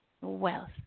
wealth